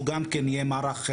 שהוא גם כן יהיה מערך,